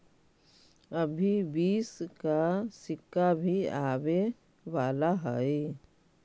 अभी बीस का सिक्का भी आवे वाला हई